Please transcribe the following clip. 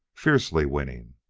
fiercely winning.